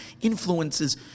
influences